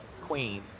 queen